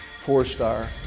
four-star